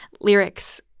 lyrics